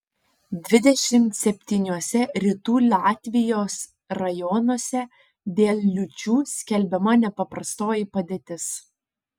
dvidešimt septyniuose rytų latvijos rajonuose dėl liūčių skelbiama nepaprastoji padėtis